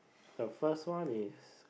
the first one is